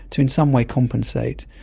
to in some way compensate.